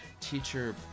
Teacher